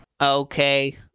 okay